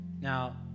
Now